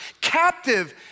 captive